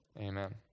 amen